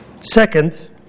Second